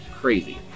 crazy